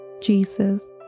Jesus